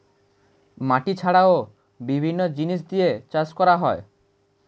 মাটি ছাড়াও বিভিন্ন জিনিস দিয়ে চাষ করা হয়